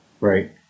right